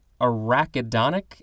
arachidonic